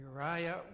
Uriah